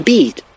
Beat